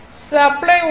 supply voltage 43